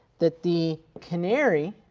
that the canary